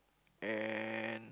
and